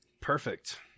perfect